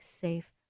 safe